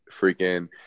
freaking